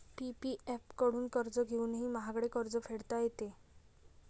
PPF कडून कर्ज घेऊनही महागडे कर्ज फेडता येते